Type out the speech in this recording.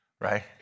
right